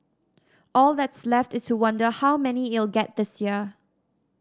all that's left is to wonder how many it'll get this year